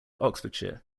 oxfordshire